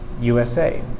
USA